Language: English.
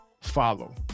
follow